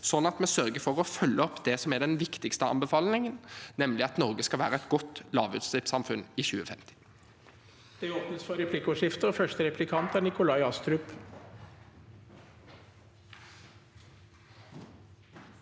sånn at vi sørger for å følge opp det som er den viktigste anbefalingen, nemlig at Norge skal være et godt lavutslippssamfunn i 2050.